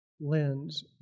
lens